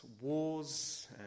wars